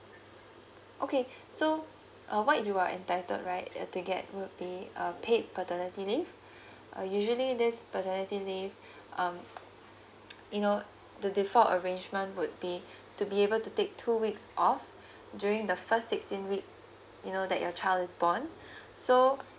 okay so uh what you are entitled right and to get would be uh paid paternity leave uh usually this paternity leave um you know the default arrangement would be to be able to take two weeks off during the first sixteen week you know that your child is born so